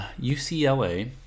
UCLA